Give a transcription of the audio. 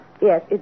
Yes